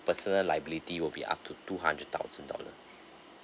personal liability will be up to two hundred thousand dollar